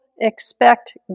expect